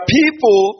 people